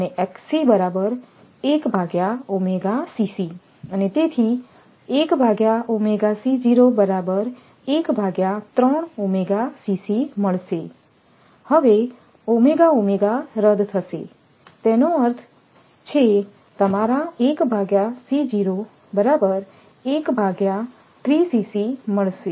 અને અને તેથી તેથી રદ થશે તેનો અર્થ છે તમારા મળશે